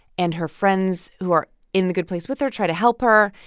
and her friends who are in the good place with her try to help her.